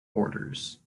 orders